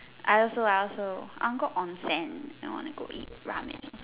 I also I also I go Onsen I want to go eat Ramen